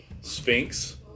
Sphinx